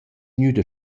gnüda